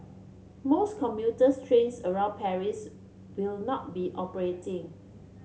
most commuter trains around Paris will not be operating